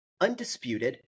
undisputed